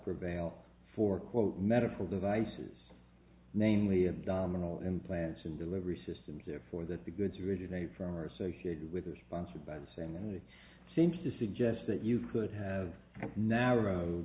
prevail for quote medical devices namely abdominal implants and delivery systems therefore that the goods originate from or associated with or sponsored by the same and seems to suggest that you could have a narrow